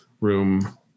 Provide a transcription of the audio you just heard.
room